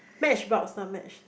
matchbox uh match